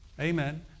Amen